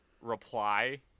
reply